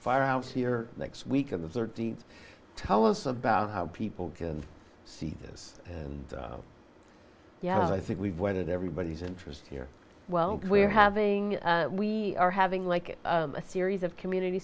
fire around here next week of the tell us about how people can see this and yeah i think we've weathered everybody's interest here well we're having we are having like a series of community